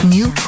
New